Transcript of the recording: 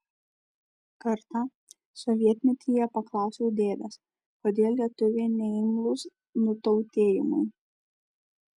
kartą sovietmetyje paklausiau dėdės kodėl lietuviai neimlūs nutautėjimui